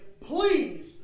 please